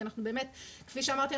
כי כפי שאמרתי,